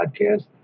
podcast